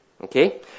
Okay